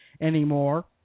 anymore